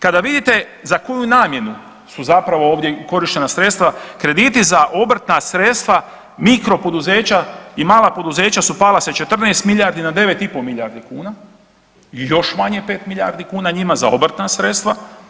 Kada vidite za koju namjenu su zapravo ovdje korištena sredstva, krediti za obrtna sredstva mikro poduzeća i mala poduzeća su pala sa 14 milijardi na 9,5 milijardi kuna i još manje 5 milijardi kuna njima za obrtna sredstva.